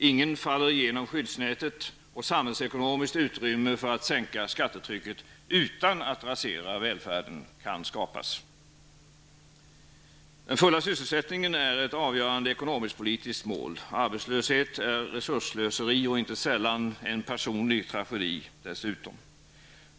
Ingen faller igenom skyddsnätet, och samhällsekonomiskt utrymme för att sänka skattetrycket utan att rasera välfärden kan skapas. Den fulla sysselsättningen är ett avgörande ekonomiskt-politiskt mål. Arbetslöshet är resursslöseri och inte sällan en personlig tragedi dessutom.